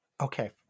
Okay